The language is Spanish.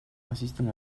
asisten